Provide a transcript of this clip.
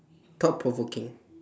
thought provoking